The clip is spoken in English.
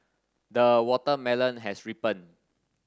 the watermelon has ripened